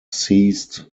ceased